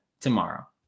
tomorrow